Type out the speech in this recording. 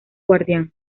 guardián